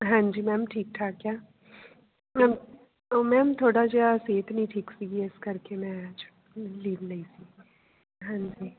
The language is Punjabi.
ਹਾਂਜੀ ਮੈਮ ਠੀਕ ਠਾਕ ਆ ਮੈਮ ਓ ਮੈਮ ਥੋੜ੍ਹਾ ਜਿਹਾ ਸਿਹਤ ਨਹੀਂ ਠੀਕ ਸੀਗੀ ਇਸ ਕਰਕੇ ਮੈਂ ਅੱਜ ਲੀਵ ਲਈ ਸੀ ਹਾਂਜੀ